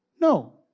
No